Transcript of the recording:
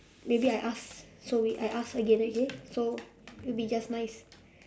maybe I ask so we I ask again okay so will be just nice